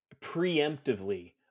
preemptively